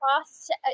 cost